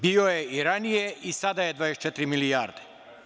Bio je i ranije i sada je 24 milijarde.